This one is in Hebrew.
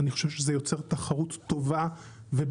אני חושב שזה יוצר תחרות טובה ובריאה.